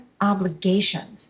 obligations